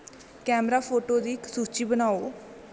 camera फोटों दी इक सूची बनाओ